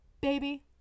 baby